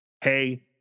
Hey